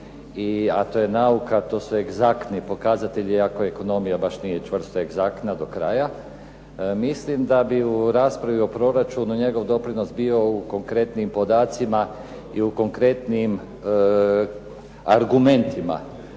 a to je nauka, to su egzaktni pokazatelji, iako ekonomija baš nije čvrsto egzaktna do kraja, mislim da bi u raspravi o proračunu njegov doprinos bio u konkretnim podacima i u konkretnim argumentima.